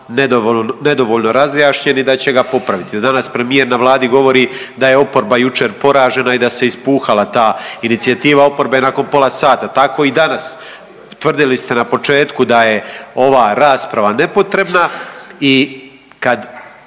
nedovoljno razjašnjen i da će ga popraviti. Danas premijer na Vladi govori da je oporba jučer poražena i da se ispuhala ta inicijativa oporbe nakon pola sata. Tako i danas, tvrdili ste na početku da je ova rasprava nepotrebna i kad